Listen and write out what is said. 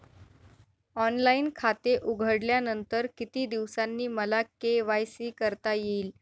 Online खाते उघडल्यानंतर किती दिवसांनी मला के.वाय.सी करता येईल?